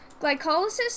Glycolysis